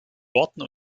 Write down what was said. worten